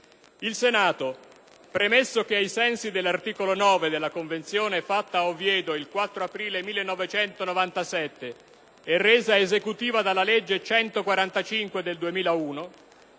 «Il Senato, premesso che: ai sensi dell'articolo 9 della Convenzione fatta a Oviedo il 4 aprile 1997 e resa esecutiva dalla legge n. 145 del 2001,